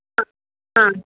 ആ ആ